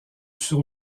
sur